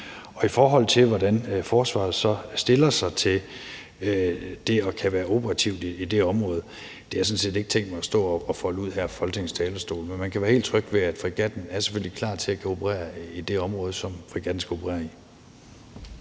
for sejladsen. Hvordan forsvaret så stiller sig til det at kunne være operativt i det område, har jeg sådan set ikke tænkt mig at stå og folde ud her fra Folketingets talerstol. Men man kan være helt tryg ved, at fregatten selvfølgelig er klar til at kunne operere i det område, som fregatten skal operere i.